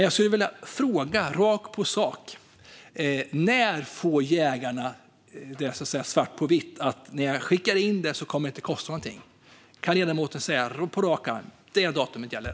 Jag skulle vilja fråga rakt på sak: När får jägarna svart på vitt att när de skickar in ett sådant kommer det inte att kosta något? Kan ledamoten säga på rak arm vilket datum som gäller?